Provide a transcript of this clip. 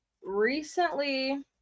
Recently